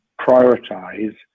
prioritize